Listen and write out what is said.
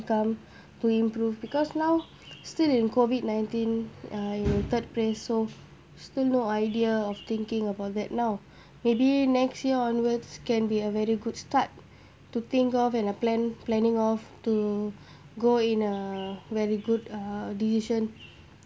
income to improve because now still in COVID nineteen uh in third phase so still no idea of thinking about that now maybe next year onwards can be a very good start to think of and a plan planning off to go in uh very good uh decision